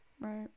right